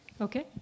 Okay